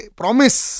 promise